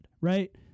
Right